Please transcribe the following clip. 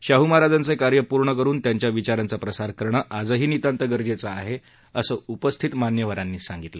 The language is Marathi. शाहू महाराजांचे कार्य पूर्ण करुन त्यांच्या विचारांचा प्रसार करणे आजही नितांत गरजेचं आहे असं उपस्थित मान्यवरांनी यावेळी सांगितलं